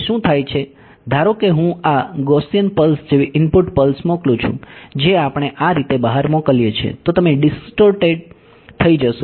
તેથી શું થાય છે ધારો કે હું આ Gaussian પલ્સ જેવી ઇનપુટ પલ્સ મોકલુ છું જે આપણે આ રીતે બહાર મોકલીએ છીએ તો તમે ડીસ્ટોર્ટેડ થઈ જશો